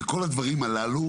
וכל הדברים הללו,